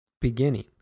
beginning